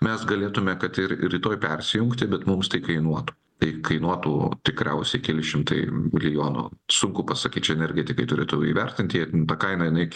mes galėtume kad ir rytoj persijungti bet mums tai kainuotų tai kainuotų tikriausiai keli šimtai milijonų sunku pasakyti čia ne energetikai turėtų įvertinti tą kaina jinai